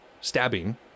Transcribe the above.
stabbing